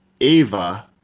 Ava